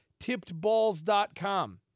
tippedballs.com